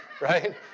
right